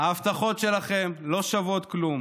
ההבטחות שלכם לא שוות כלום.